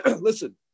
listen